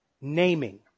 naming